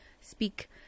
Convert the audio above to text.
speak